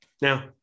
Now